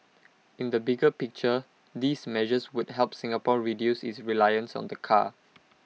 in the bigger picture these measures would help Singapore reduce its reliance on the car